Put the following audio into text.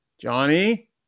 Johnny